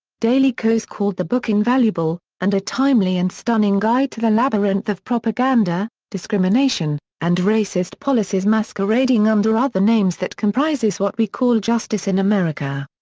daily kos called the book invaluable, and a timely and stunning guide to the labyrinth of propaganda, discrimination, and racist policies masquerading under other names that comprises what we call justice in america.